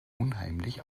unheimlich